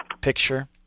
picture